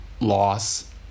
loss